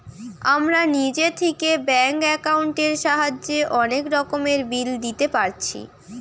আমরা নিজে থিকে ব্যাঙ্ক একাউন্টের সাহায্যে অনেক রকমের বিল দিতে পারছি